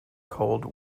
cold